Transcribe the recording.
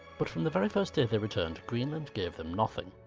but from the very first day they returned, greenland gave them nothing.